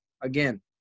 Again